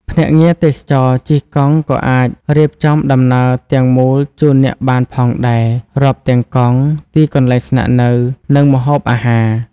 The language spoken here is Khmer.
ភ្នាក់ងារទេសចរណ៍ជិះកង់ក៏អាចរៀបចំដំណើរទាំងមូលជូនអ្នកបានផងដែរ រាប់ទាំងកង់ ទីកន្លែងស្នាក់នៅ និងម្ហូបអាហារ។